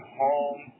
home